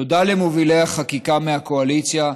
תודה למובילי החקיקה מהקואליציה,